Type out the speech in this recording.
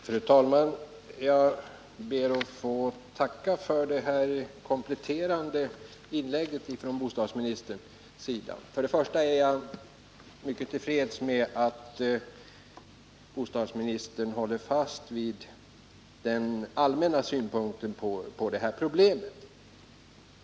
Fru talman! Jag ber att få tacka för detta kompletterande inlägg från bostadsministern. För det första är jag mycket till freds med att bostadsministern håller fast vid sin allmänna inställning till detta problem.